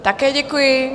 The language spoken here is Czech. Také děkuji.